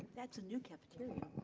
that's a new cafeteria.